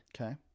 Okay